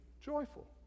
joyful